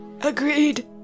Agreed